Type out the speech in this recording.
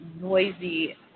noisy